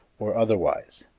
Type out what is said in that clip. or otherwise.